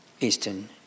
Eastern